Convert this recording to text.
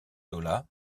zola